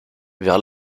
vers